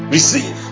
Receive